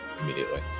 Immediately